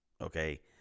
Okay